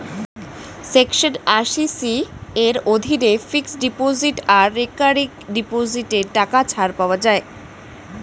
section আশি C এর অধীনে ফিক্সড ডিপোজিট আর রেকারিং ডিপোজিটে টাকা ছাড় পাওয়া যায়